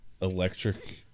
electric